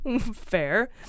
Fair